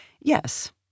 Yes